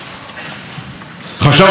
נתן מיליקובסקי נתניהו,